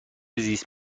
زیست